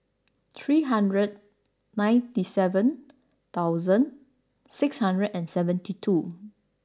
three hundred ninety seven thousand six hundred and seventy two